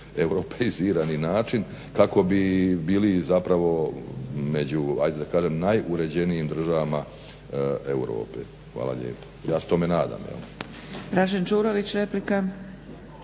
europeizirani način kako bi bili zapravo među aj da kažem najuređenijim državama Europe. Hvala lijepa. Ja se tome nadam.